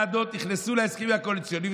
נכנסו להסכמים הקואליציוניים,